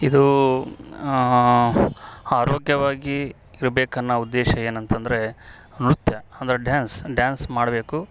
ಇದು ಆರೋಗ್ಯವಾಗಿ ಇರಬೇಕನ್ನೋ ಉದ್ದೇಶ ಏನಂತಂದರೆ ನೃತ್ಯ ಅಂದರೆ ಡ್ಯಾನ್ಸ್ ಡ್ಯಾನ್ಸ್ ಮಾಡಬೇಕು